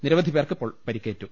നിരവധിപേർക്ക് പരിക്കേറ്റു